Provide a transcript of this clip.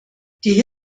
die